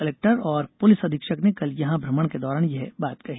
collector और police अधीक्षक ने कल यहां भ्रमण के दौरान यह बात कही